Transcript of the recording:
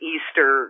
Easter